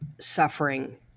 suffering